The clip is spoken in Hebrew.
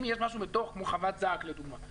אם יש משהו כמו חוות זעק לדוגמה,